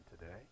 today